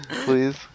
Please